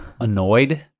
annoyed